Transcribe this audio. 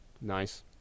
Nice